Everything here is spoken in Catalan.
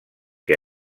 que